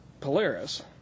Polaris